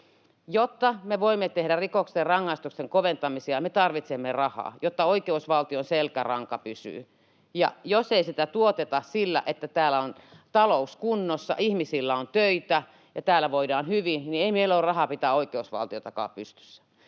Jotta me voimme tehdä rikosten rangaistusten koventamisia, me tarvitsemme rahaa, jotta oikeusvaltion selkäranka pysyy. Ja jos ei sitä tuoteta sillä, että täällä on talous kunnossa, ihmisillä on töitä ja täällä voidaan hyvin, niin ei meillä ole rahaa pitää oikeusvaltiotakaan pystyssä.